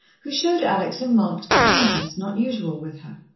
who showed alex a marked kindness not usual with her.